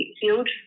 field